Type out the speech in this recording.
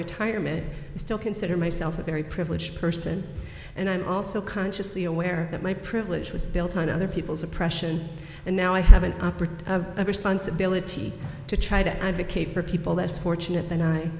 retirement and still consider myself a very privileged person and i'm also consciously aware that my privilege was built on other people's oppression and now i have an up or to a responsibility to try to advocate for people this fortunate